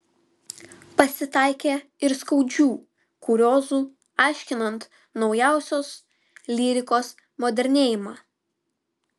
pasitaikė ir skaudžių kuriozų aiškinant naujausios lyrikos modernėjimą